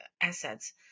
assets